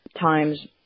times